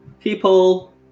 people